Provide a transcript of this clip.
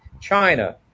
China